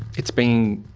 it's been,